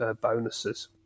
bonuses